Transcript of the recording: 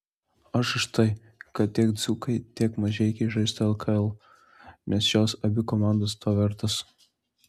aš už tai kad tiek dzūkai tiek mažeikiai žaistų lkl nes šios abi komandos to vertos